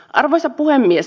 arvoisa puhemies